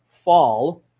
Fall